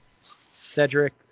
Cedric